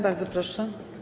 Bardzo proszę.